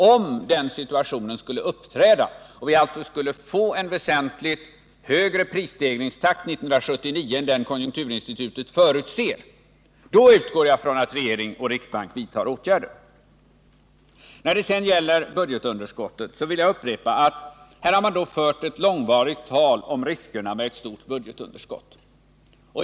Om den situationen skulle uppträda — och vi alltså skulle få en väsentligt högre prisstegringstakt 1979 än den konjunkturinstitutet förutser — då utgår jag ifrån att regeringen och riksbanken vidtar åtgärder. När det sedan gäller budgetunderskottet vill jag upprepa att man här fört ett långvarigt tal om riskerna med ett stort budgetunderskott.